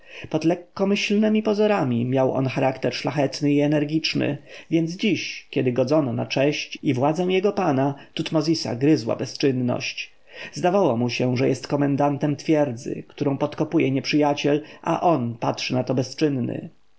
pod lekkomyślnemi pozorami miał on charakter szlachetny i energiczny więc dziś kiedy godzono na cześć i władzę jego pana tutmozisa gryzła bezczynność zdawało mu się że jest komendantem twierdzy którą podkopuje nieprzyjaciel a on patrzy na to bezczynny